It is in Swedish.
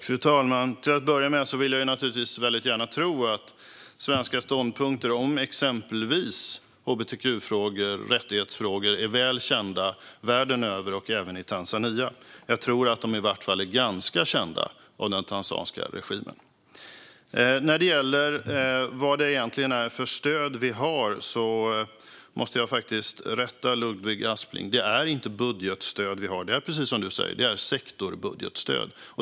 Fru talman! Till att börja med vill jag naturligtvis gärna tro att svenska ståndpunkter i exempelvis hbtq och rättighetsfrågor är väl kända världen över och även i Tanzania. Jag tror i varje fall att de är ganska kända av den tanzaniska regimen. När det gäller vad vi egentligen har för stöd måste jag rätta dig, Ludvig Aspling. Det är inte budgetstöd vi har, utan precis som du sa är det sektorsbudgetstöd.